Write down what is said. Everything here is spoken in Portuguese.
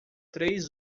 três